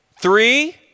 Three